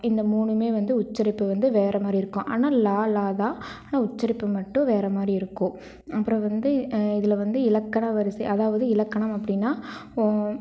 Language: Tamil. இந்த மூணுமே வந்து உச்சரிப்பு வந்து வேறு மாதிரி இருக்கும் ஆனால் ல ள தான் ஆனால் உச்சரிப்பு மட்டும் வேறு மாதிரி இருக்கும் அப்புறம் வந்து இதில் வந்து இலக்கண வரிசை அதாவது இலக்கணம் அப்படினா ஓம்